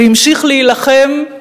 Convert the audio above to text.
והמשיך להילחם.